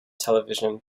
television